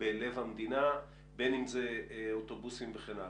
בלב המדינה, בין אם זה אוטובוסים וכן הלאה.